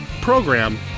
program